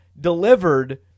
delivered